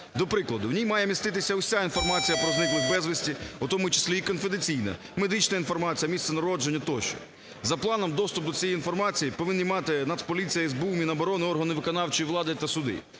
До прикладу, в ній має міститися вся інформація про зниклих безвісти, у тому числі і конфіденційна, медична інформація, місце народження тощо. За планом доступ до цієї інформації повинні мати Нацполіція, СБУ, Міноборони, органи виконавчої влади та суди.